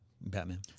Batman